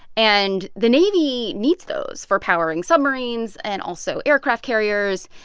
and the navy needs those for powering submarines and also aircraft carriers.